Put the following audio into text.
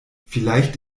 vielleicht